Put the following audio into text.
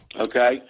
okay